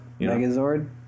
Megazord